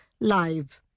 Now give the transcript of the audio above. live